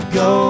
go